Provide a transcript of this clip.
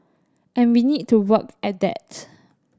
and we need to work at that